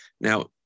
Now